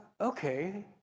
okay